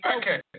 okay